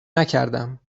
نکردم